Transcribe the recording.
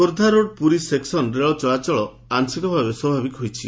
Khordha road Puri ସେକ୍ସନରେ ରେଳ ଚଳାଚଳ ଆଂଶିକ ଭାବେ ସ୍ୱାଭାବିକ ହୋଇଛି